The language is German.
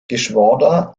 geschwader